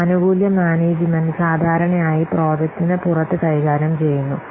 ഈ ആനുകൂല്യ മാനേജുമെന്റ് സാധാരണയായി പ്രോജക്റ്റിന് പുറത്ത് കൈകാര്യം ചെയ്യുന്നു